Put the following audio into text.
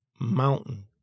mountain